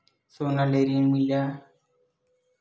सोना ले ऋण लेना का होथे?